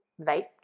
vape